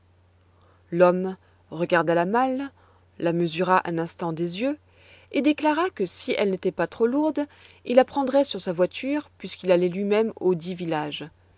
l'homme regarda la malle la mesura un instant des yeux et déclara que si elle n'était pas trop lourde il la prendrait sur sa voiture puisqu'il allait lui-même au dit village